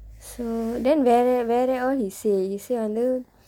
so then வேற வேற:veera veera all he say he say வந்து:vandthu